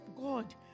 God